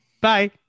Bye